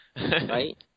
Right